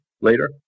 later